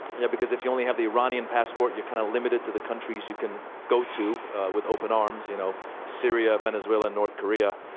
yeah because if you only have the iranian passport, you're kind of limited to the countries you can go to with open arms, you know syria, venezuela, north korea.